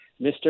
Mr